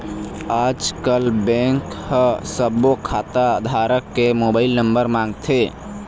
आजकल बेंक ह सब्बो खाता धारक के मोबाईल नंबर मांगथे